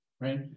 right